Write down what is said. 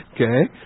Okay